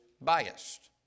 biased